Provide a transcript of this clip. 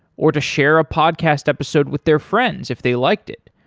or to share a podcast episode with their friends if they liked it?